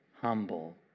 Humble